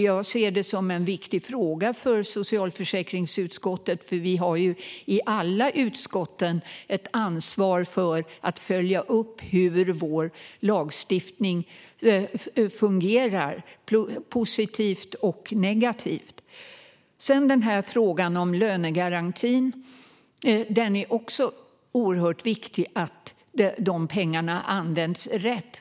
Jag ser det här som en viktig fråga för socialförsäkringsutskottet, och vi har i alla utskott ett ansvar för att följa upp hur vår lagstiftning fungerar - positivt och negativt. När det gäller frågan om lönegarantin är det också oerhört viktigt att pengarna används rätt.